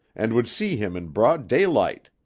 and would see him in broad daylight.